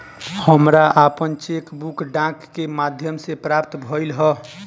हमरा आपन cheque book डाक के माध्यम से प्राप्त भइल ह